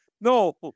No